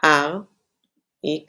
R x